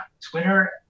Twitter